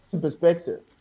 perspective